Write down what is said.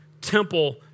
temple